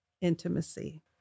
intimacy